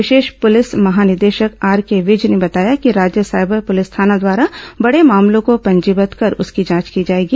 विशेष police महानिदेशक RK Vij ने बताया कि राज्य साइबर पुलिस थाना द्वारा बड़े मामलों को पंजीबद्द कर उसकी जांच की जाएगी